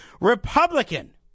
Republican